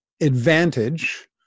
advantage